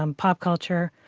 um pop culture.